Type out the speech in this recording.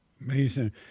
Amazing